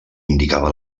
indicava